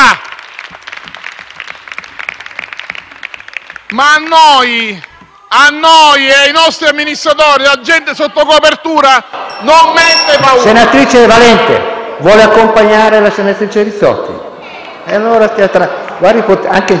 Ma a noi e ai nostri amministratori l'agente sotto copertura non mette paura. PRESIDENTE. Senatrice Valente, vuole accompagnare fuori la senatrice Rizzotti? Anche in coppia, se volete.